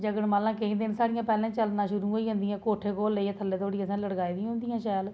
जगनमालां केईं दिन पैह्लें चलना साढ़ियां चलनियां शुरू होई जंदियां कोठे कोला लेइयै थ'ल्ले तक्कर अ'सें लटकाई दियां होंदियां शैल